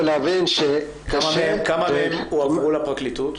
כמה מהם הועברו לפרקליטות?